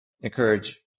encourage